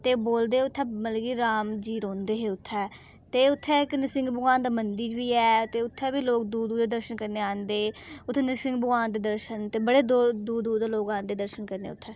ते बोलदे उत्थै मतलब कि राम जी रौंह्दे हे उत्थै ते उत्थै इक नृसिंह भगवान दा मंदिर बी ऐ ते उत्थै बी लोक दूर दूर दा दर्शन करनी गी औंदे ते उत्थै नृसिंह भगवान दे दर्शन करने ते बड़े दूर दूर दा औंदे दर्शन करने ई उत्थै